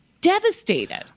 Devastated